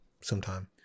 sometime